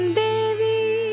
devi